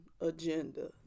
agenda